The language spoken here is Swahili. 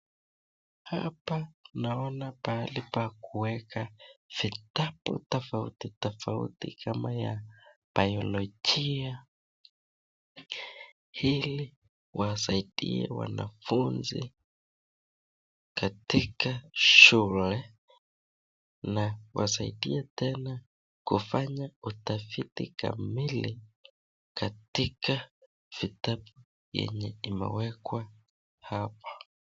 Hapa naona pahali pa kuweka vitabu tofauti tofauti kama ya Biolojia ili iwasaidie wanafunzi katika shule. na iwasaidie tena kufanya utafiti kamili katika vitabu yenye imewekwa hapa.